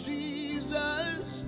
Jesus